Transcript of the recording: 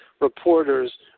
reporters